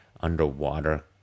underwater